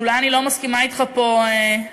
אולי אני לא מסכימה אתך פה אידיאולוגית,